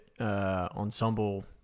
ensemble